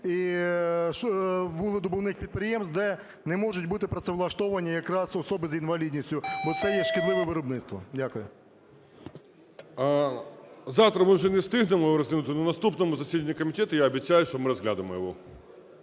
і вугледобувних підприємств, де не можуть бути працевлаштовані якраз особи з інвалідністю, бо це є шкідливе виробництво. Дякую. 12:49:33 ТРЕТЬЯКОВ О.Ю. Завтра ми вже не встигнемо розглянути, але на наступному засіданні комітету, я обіцяю, що ми розглянемо його.